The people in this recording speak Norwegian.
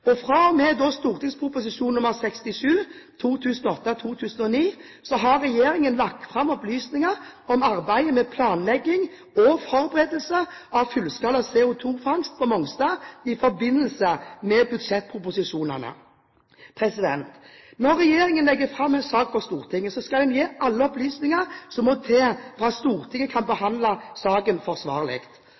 67 for 2008–2009 har regjeringen lagt fram opplysninger om arbeidet med planlegging og forberedelser av fullskala CO2-fangst på Mongstad i forbindelse med budsjettproposisjonene. Når regjeringen legger fram en sak for Stortinget, skal den gi alle opplysninger som må til for at Stortinget kan behandle saken forsvarlig.